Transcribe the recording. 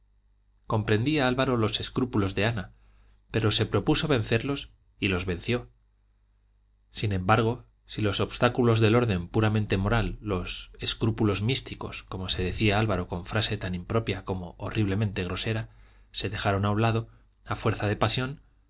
comprendía álvaro los escrúpulos de ana pero se propuso vencerlos y los venció sin embargo si los obstáculos del orden puramente moral los escrúpulos místicos como se decía álvaro con frase tan impropia como horriblemente grosera se dejaron a un lado a fuerza de pasión